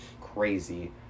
Crazy